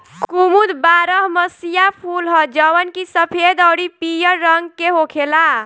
कुमुद बारहमसीया फूल ह जवन की सफेद अउरी पियर रंग के होखेला